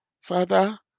father